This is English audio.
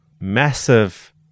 Massive